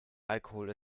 alkohol